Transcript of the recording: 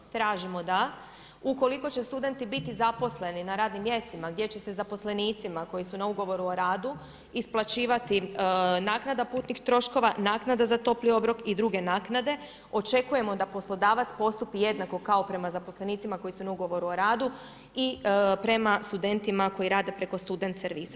Tražimo da ukoliko će studenti biti zaposleni na radnim mjestima gdje će se zaposlenicima koji su na ugovoru o radu isplaćivati naknada putnih troškova, naknada za topli obrok i druge naknade, očekujemo da poslodavac postupi jednako kao prema zaposlenicima koji su na ugovoru o radu i prema studentima koji rade preko student servisa.